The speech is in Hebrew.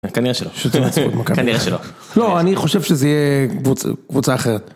כנראה שלא אני חושב שזה יהיה קבוצה אחרת.